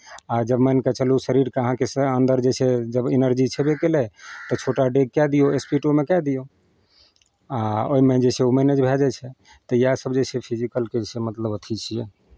आ जब मानि कऽ चलू शरीरकेँ अहाँकेँ से अन्दर जे छै जब एनर्जी छेबे केलै तऽ छोटा डेग कए दियौ स्पीड ओहिमे कए दियौ आ ओहिमे जे छै ओ मैनेज भए जाइ छै तऽ इएह सभ जे छै फिजिकलके से मतलब अथि छियै